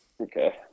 Okay